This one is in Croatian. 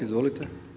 Izvolite.